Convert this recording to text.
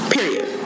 Period